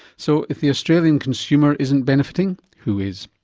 so if the australian consumer isn't benefiting, who is?